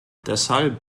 deshalb